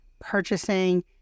purchasing